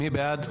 מי בעד?